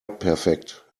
perfekt